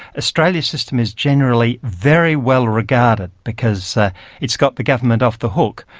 australia's system is generally very well regarded because it's got the government off the hook,